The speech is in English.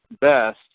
best